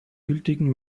gültigen